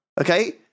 okay